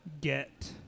get